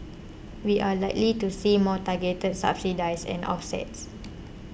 we are likely to see more targeted subsidies and offsets